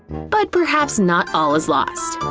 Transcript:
but perhaps not all is lost!